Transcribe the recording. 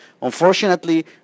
Unfortunately